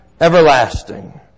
everlasting